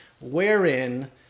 wherein